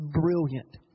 brilliant